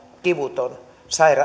kivuton